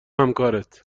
همکارت